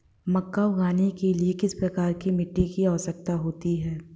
मक्का उगाने के लिए किस प्रकार की मिट्टी की आवश्यकता होती है?